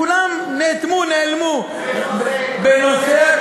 כולם נאטמו, נעלמו, הוא מפחד.